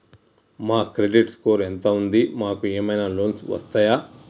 మా credit score ఎంత ఉంది? మాకు ఏమైనా లోన్స్ వస్తయా?